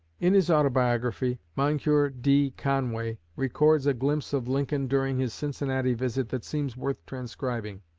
in his autobiography, moncure d. conway records a glimpse of lincoln during his cincinnati visit that seems worth transcribing.